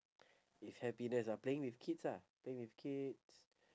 if happiness ah playing with kids ah playing with kids